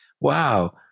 wow